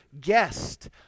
guest